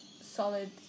solid